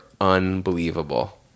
unbelievable